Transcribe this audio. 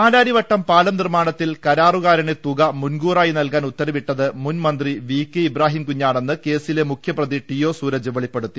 പാലാരിവട്ടം പാലം നിർമ്മാണത്തിൽ കരാറുകാരന് തുക മുൻകൂറായി നൽകാൻ ഉത്തരവിട്ടത് മുൻ മന്ത്രി വി കെ ഇബ്രാഹിം കുഞ്ഞാണെന്ന് കേസിലെ മുഖ്യപ്രതി ടി ഒ സൂരജ് വെളിപ്പെടുത്തി